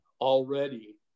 already